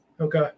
Okay